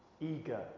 eager